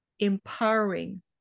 Empowering